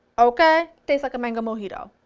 okay? tastes like a mango mojito,